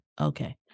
Okay